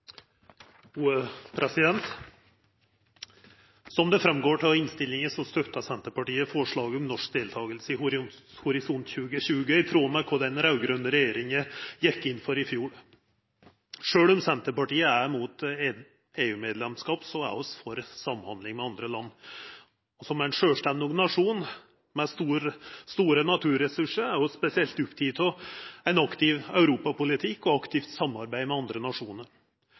Som det går fram av innstillinga, støttar Senterpartiet forslaget om norsk deltaking i Horisont 2020, i tråd med kva den raud-grøne regjeringa gjekk inn for i fjor. Sjølv om Senterpartiet er mot EU-medlemskap, er vi for samhandling med andre land, og som ein sjølvstendig nasjon med store naturressursar er vi spesielt opptekne av ein aktiv europapolitikk og aktivt samarbeid med andre nasjonar.